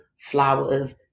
flowers